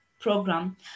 program